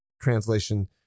translation